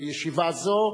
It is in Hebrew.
בישיבה זו.